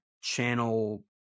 channel